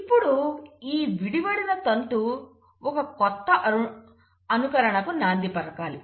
ఇప్పుడు ఈ విడివడిన తంతు ఒక కొత్త అనుకరణకు నాంది పలకాలి